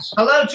Hello